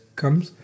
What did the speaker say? comes